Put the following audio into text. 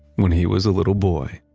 when he was a little boy